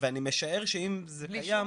אני משער שאם זה קיים,